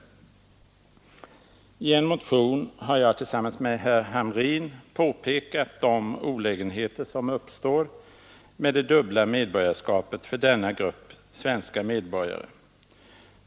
I en motion har jag tillsammans med herr Hamrin påpekat de olägenheter som uppstår med det dubbla medborgarskapet för denna grupp svenska medborgare.